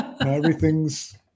everything's